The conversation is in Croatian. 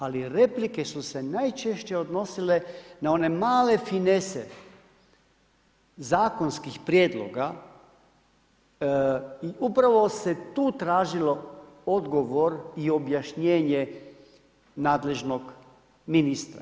Ali replike su se najčešće odnosile na one male finese zakonskih prijedloga i upravo se tu tražilo odgovor i objašnjenje nadležnog ministra.